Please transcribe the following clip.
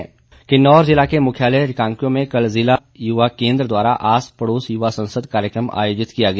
युवा संसद किन्नौर ज़िला के मुख्यालय रिकांगपिओ में कल ज़िला युवा केंद्र द्वारा आस पड़ोस युवा संसद कार्यक्रम आयोजित किया गया